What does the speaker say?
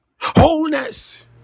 wholeness